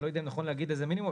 אני לא יודע להגיד איזה מינימום,